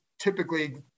typically